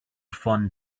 fun